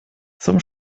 zum